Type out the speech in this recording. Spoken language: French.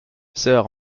sœur